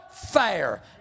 Fair